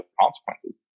consequences